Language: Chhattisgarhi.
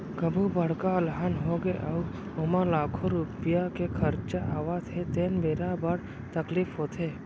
कभू बड़का अलहन होगे अउ ओमा लाखों रूपिया के खरचा आवत हे तेन बेरा बड़ तकलीफ होथे